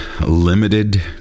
limited